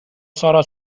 سارا